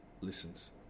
listens